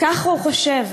ככה הוא חושב.